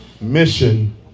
mission